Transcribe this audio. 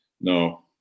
no